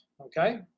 Okay